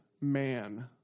man